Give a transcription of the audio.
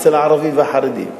אצל הערבים והחרדים,